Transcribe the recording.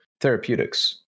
therapeutics